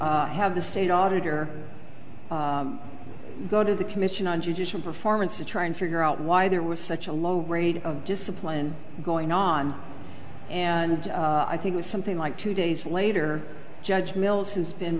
to have the state auditor go to the commission on judicial performance to try and figure out why there was such a low rate of discipline going on and i think with something like two days later judge mills who's been